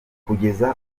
kugeza